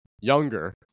younger